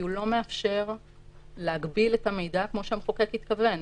כי הוא לא מאפשר להגביל את המידע כמו שהמחוקק התכוון.